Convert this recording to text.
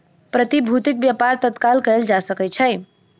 प्रतिभूतिक व्यापार तत्काल कएल जा सकै छै